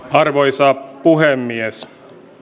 arvoisa puhemies